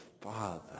Father